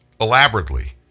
elaborately